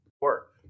work